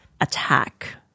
attack